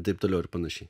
taip toliau ir panašiai